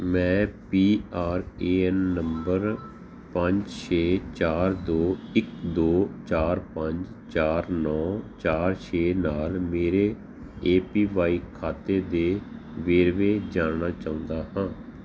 ਮੈਂ P R A N number ਪੰਜ ਛੇ ਚਾਰ ਦੋ ਇੱਕ ਦੋ ਚਾਰ ਪੰਜ ਚਾਰ ਨੌਂ ਚਾਰ ਛੇ ਨਾਲ ਮੇਰੇ ਏ ਪੀ ਵਾਈ ਖਾਤੇ ਦੇ ਵੇਰਵੇ ਜਾਣਨਾ ਚਾਹੁੰਦਾ ਹਾਂ